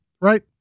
right